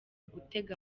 gutega